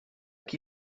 qui